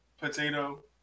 potato